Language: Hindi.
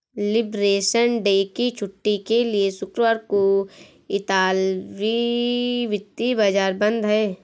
लिबरेशन डे की छुट्टी के लिए शुक्रवार को इतालवी वित्तीय बाजार बंद हैं